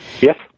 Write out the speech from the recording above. Yes